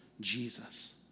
Jesus